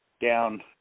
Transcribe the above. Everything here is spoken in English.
down